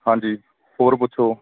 ਹਾਂਜੀ ਹੋਰ ਪੁੱਛੋ